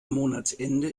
monatsende